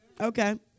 Okay